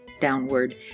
downward